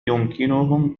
يمكنهم